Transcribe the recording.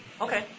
Okay